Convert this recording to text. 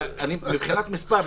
מבחינת מספר.